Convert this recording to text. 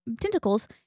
tentacles